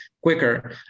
quicker